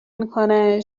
میکنه